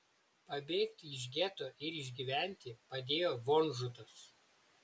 pabėgti iš geto ir išgyventi padėjo vonžutas